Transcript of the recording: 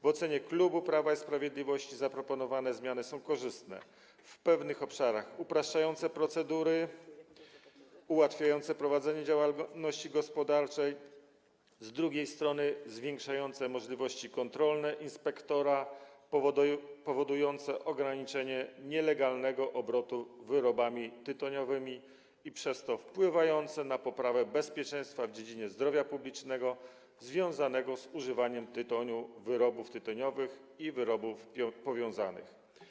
W ocenie klubu Prawa i Sprawiedliwości zaproponowane zmiany są korzystne, w pewnych obszarach upraszczające procedury, ułatwiające prowadzenie działalności gospodarczej, zwiększające możliwości kontrolne inspektora, powodujące ograniczenie nielegalnego obrotu wyrobami tytoniowymi i przez to wpływające na poprawę bezpieczeństwa w dziedzinie zdrowia publicznego związanego z używaniem tytoniu, wyrobów tytoniowych i wyrobów powiązanych.